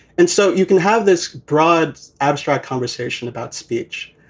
and so you can have this broad, abstract conversation about speech.